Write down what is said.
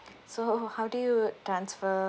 so how do you transfer